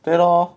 对 lor